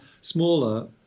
smaller